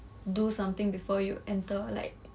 do something before you enter like